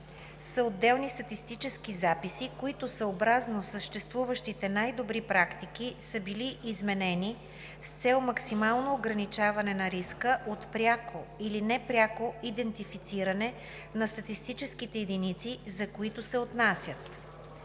отделни статистически записи, които съобразно съществуващите най-добри практики са били изменени с цел максимално ограничаване на риска от пряко или непряко идентифициране на статистическите единици, за които се отнасят.